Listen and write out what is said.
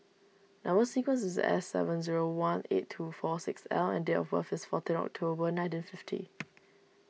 Number Sequence is S seven zero one eight two four six L and date of birth is fourteen October nineteen fifty